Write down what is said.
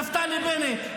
נפתלי בנט.